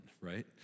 right